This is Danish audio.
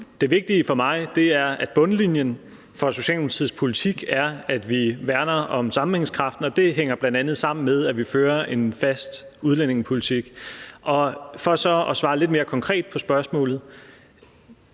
Det vigtige for mig er, at bundlinjen for Socialdemokratiets politik er, at vi værner om sammenhængskraften, og det hænger bl.a. sammen med, at vi fører en fast udlændingepolitik. For så at svare lidt mere konkret på spørgsmålet: